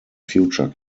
future